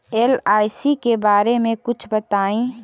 LIC के बारे मे कुछ बताई?